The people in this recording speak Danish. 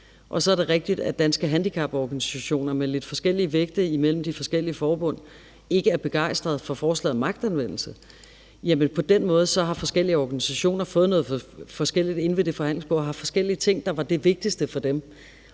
Så er det rigtigt, at Danske Handicaporganisationer med lidt forskellige vægte imellem de forskellige formål ikke er begejstret for forslaget om magtanvendelse. Jamen på den måde har forskellige organisationer fået noget forskelligt inde ved det forhandlingsbord og har haft forskellige ting, der var det vigtigste for dem.